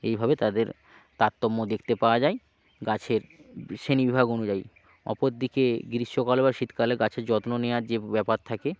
এইভাবে তাদের তারতম্য দেখতে পাওয়া যায় গাছের শ্রেণীবিভাগ অনুযায়ী অপরদিকে গ্রীষ্মকালে বা শীতকালে গাছের যত্ন নেওয়ার যে ব্যাপার থাকে